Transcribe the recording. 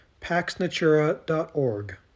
PaxNatura.org